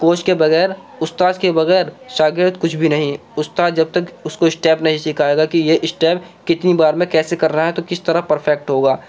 coach کے بغیر استاذ کے بغیر شاگرد کچھ بھی نہیں استاد جب تک اس کو اسٹیپ نہیں سکھائے گا کہ یہ اسٹیپ کتنی بار میں کیسے کرنا ہے تو کس طرح پرفیکٹ ہوگا